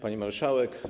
Pani Marszałek!